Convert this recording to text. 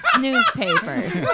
newspapers